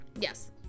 yes